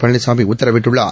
பழனிசாமி உத்தரவிட்டுள்ளார்